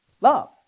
love